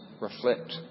reflect